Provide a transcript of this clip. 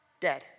dead